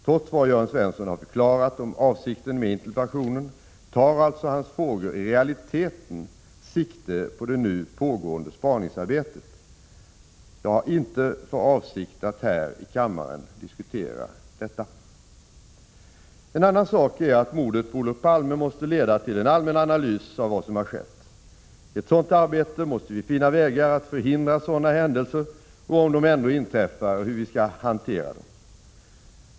Trots vad Jörn Svensson har förklarat om avsikten med interpellationen, tar alltså hans frågor i realiteten sikte på det nu pågående spaningsarbetet. Jag har inte för avsikt att här i kammaren diskutera detta. En annan sak är att mordet på Olof Palme måste leda till en allmän analys av vad som skett. I ett sådant arbete måste vi finna vägar för att förhindra sådana händelser och — om de ändå inträffar — för hur vi skall hantera dem.